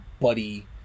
buddy